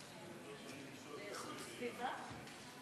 זה איכות סביבה?